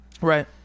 Right